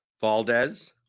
valdez